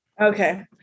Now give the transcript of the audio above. Okay